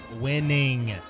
Winning